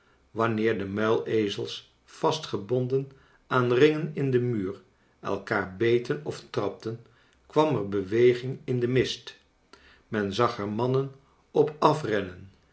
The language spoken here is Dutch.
wanneer de muilezels vastgebonden aan rfngen in den muur elkaar beten of trapten kwam er beweging in den mist men zag er mannen op af